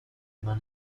immer